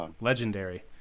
legendary